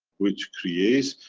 which creates,